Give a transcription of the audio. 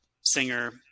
singer